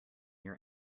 your